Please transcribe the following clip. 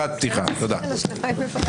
בקדנציה היא עקב זה שווטו של השופטים מנע בעבר